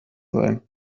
sein